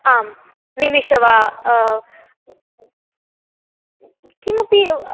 आम् निमिषं वा किमपि